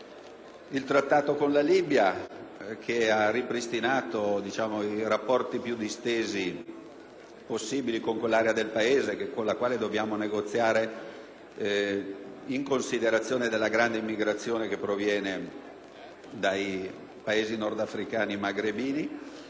il Trattato con la Libia, che ha ripristinato i rapporti più distesi possibili con quel Paese, con il quale dobbiamo negoziare in considerazione della grande migrazione che proviene dai Paesi nordafricani magrebini.